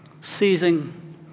seizing